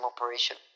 operation